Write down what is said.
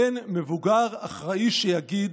אין מבוגר אחראי שיגיד: